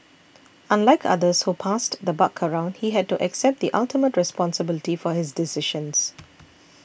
unlike others who passed the buck around he had to accept the ultimate responsibility for his decisions